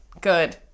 Good